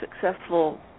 successful